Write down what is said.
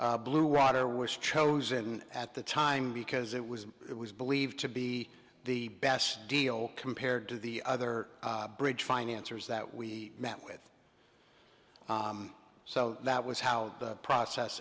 be blue rider was chosen at the time because it was it was believed to be the best deal compared to the other bridge financer is that we met with so that was how the process